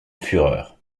fureur